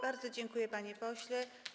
Bardzo dziękuję, panie pośle.